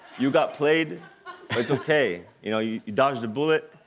you got played, but it's okay, you know, you dodged a bullet,